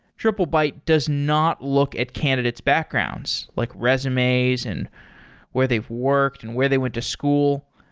triplebyte does not look at candidate's backgrounds, like resumes and where they've worked and where they went to school.